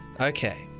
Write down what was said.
Okay